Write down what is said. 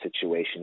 situation